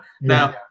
Now